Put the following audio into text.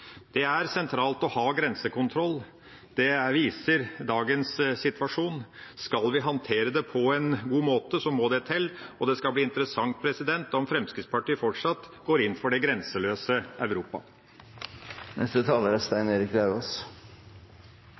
Det er sentralt å ha grensekontroll. Det viser dagens situasjon. Skal vi handtere det på en god måte, må det til. Det skal bli interessant å se om Fremskrittspartiet fortsatt går inn for det grenseløse Europa.